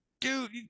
dude